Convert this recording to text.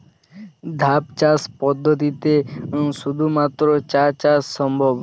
ধাপ চাষ পদ্ধতিতে শুধুমাত্র চা চাষ সম্ভব?